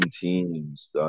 teams